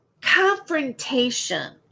confrontation